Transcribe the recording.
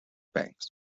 bangs